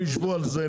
הם יישבו על זה,